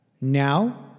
Now